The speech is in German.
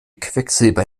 quecksilber